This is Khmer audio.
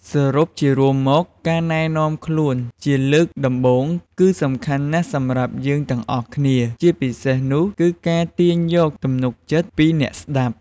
សរុបជារួមមក ការណែនាំខ្លួនជាលើកដំបូងគឺសំខាន់ណាស់សម្រាប់យើងទាំងអស់គ្នា ជាពិសេសនោះគឺការទាញយកទំនុកចិត្តពីអ្នកស្ដាប់។